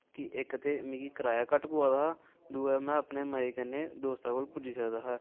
ते इक ते मि कराया घट्ट पोआदा हा दूआ में अपने मजे कन्नै दोस्तें कोल पुज्जी सकदा हा